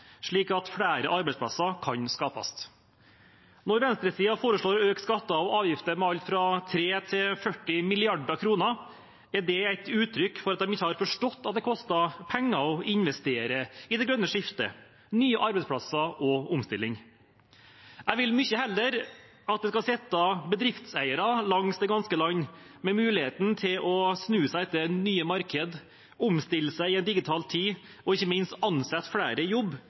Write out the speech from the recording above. slik at flere arbeidsplasser kan skapes. Når venstresiden foreslår å øke skatter og avgifter med alt fra 3 mrd. til 40 mrd. kr, er det et uttrykk for at de ikke har forstått at det koster penger å investere i det grønne skiftet, i nye arbeidsplasser og i omstilling. Jeg vil mye heller at det skal sitte bedriftseiere langs det ganske land med muligheten til å snu seg etter nye markeder, omstille seg i en digital tid, og ikke minst ansette flere i jobb,